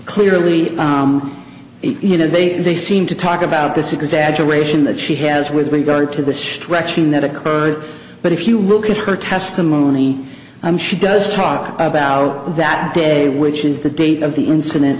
clearly you know they they seem to talk about this exaggeration that she has with regard to the stretching that occurred but if you look at her testimony i'm she does talk about that day which is the date of the incident